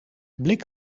blik